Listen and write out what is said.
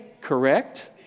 correct